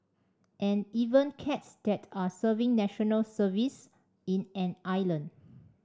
and even cats that are serving National Service in an island